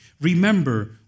Remember